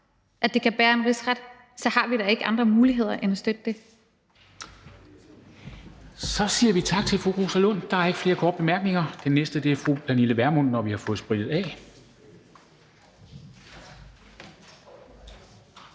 at det kan bære en rigsretssag, så har vi da ikke andre muligheder end at støtte det. Kl. 14:22 Formanden (Henrik Dam Kristensen): Så siger vi tak til fru Rosa Lund. Der er ikke flere korte bemærkninger. Den næste er fru Pernille Vermund, når vi har fået sprittet af.